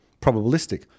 Probabilistic